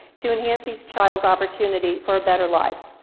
to enhance each child's opportunity for a better life.